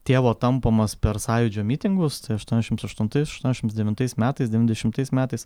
tėvo tampomas per sąjūdžio mitingus tai aštuoniašims aštuntais aštuoniašims devintais metais devyndešimtais metais